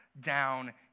down